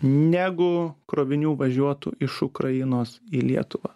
negu krovinių važiuotų iš ukrainos į lietuvą